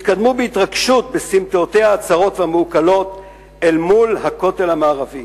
התקדמו בהתרגשות בסמטאותיה הצרות והמעוקלות אל מול הכותל המערבי.